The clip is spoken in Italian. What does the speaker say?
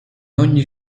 ogni